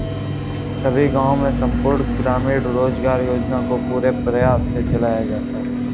सभी गांवों में संपूर्ण ग्रामीण रोजगार योजना को पूरे प्रयास से चलाया जाता है